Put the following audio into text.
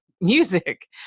music